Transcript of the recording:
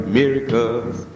Miracles